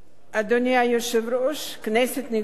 אדוני היושב-ראש, כנסת נכבדה,